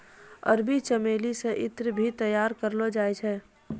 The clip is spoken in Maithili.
अरबी चमेली से ईत्र भी तैयार करलो जाय छै